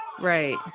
right